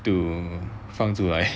to 放出来